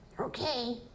Okay